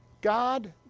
God